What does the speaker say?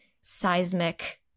seismic